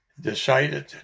decided